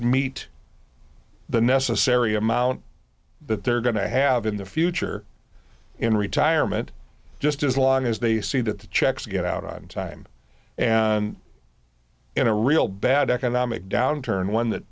meet the necessary amount but they're going to have in the future in retirement just as long as they see that the checks get out on time and in a real bad economic downturn one that